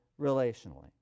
relationally